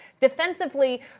defensively